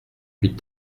huit